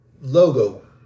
logo